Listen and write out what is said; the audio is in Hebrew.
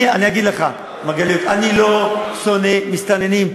אני אגיד לך, מרגלית, אני לא שונא מסתננים.